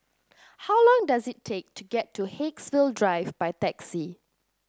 how long does it take to get to Haigsville Drive by taxi